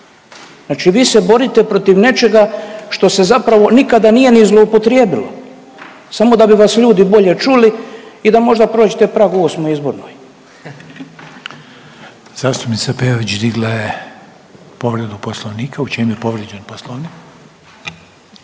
Znači vi se borite protiv nečega što se zapravo nikada nije ni zloupotrijebilo samo da bi vas ljudi bolje čuli i da možda prođete prag u 8. izbornoj. **Reiner, Željko (HDZ)** Zastupnica Peović digla je povredu poslovnika u čem je povrijeđen poslovnik?